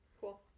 Cool